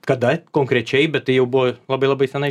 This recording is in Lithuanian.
kada konkrečiai bet tai jau buvo labai labai senai